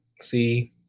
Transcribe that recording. see